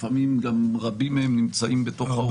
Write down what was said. לפעמים רבים מהם נמצאים בתוך המקום.